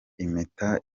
impeta